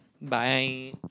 Bye